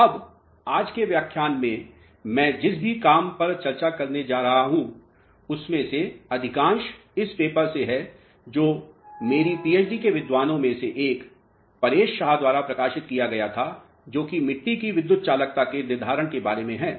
अब आज के व्याख्यान में मैं जिस भी काम पर चर्चा करने जा रहा हूं उनमें से अधिकांश इस पेपर से हैं जो मेरी पीएचडी के विद्वानों में से एक परेश शाह द्वारा प्रकाशित किया गया था जोकिमिट्टी की विद्युत चालकता के निर्धारण करने के बारे में है